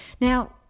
Now